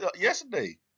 yesterday